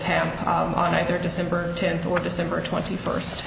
ham on either december tenth or december twenty first